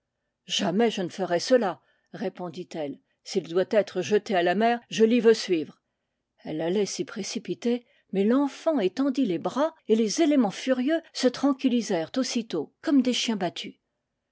jamais je ne ferai cela répondit-elle s'il doit être jeté à la mer je l'y veux suivre elle allait s'y précipiter mais l'enfant étendit les bras et les éléments furieux se tranquillisèrent aussitôt comme des chiens battus